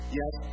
Yes